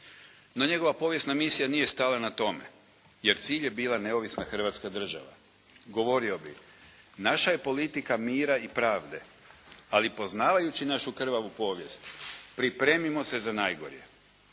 No njegova povijesna misija nije stala na tome, jer cilj je bila neovisna Hrvatska država. Govorio bi naša je politika mira i pravde, ali poznavajući našu krvavu povijest, pripremimo se za najgore,